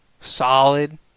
solid